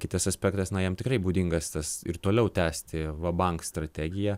kitas aspektas na jam tikrai būdingas tas ir toliau tęsti va bank strategiją